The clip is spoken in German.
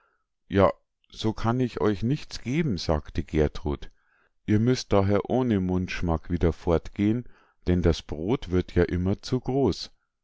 ja so kann ich euch nichts geben sagte gertrud ihr müsst daher ohne mundschmack wieder fortgehen denn das brod wird ja immer zu groß